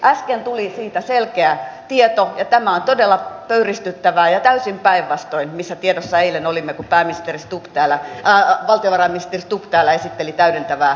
äsken tuli siitä selkeä tieto ja tämä on todella pöyristyttävää ja täysin päinvastoin missä tiedossa eilen olimme kun valtiovarainministeri stubb täällä esitteli talousarviota täydentävää esitystä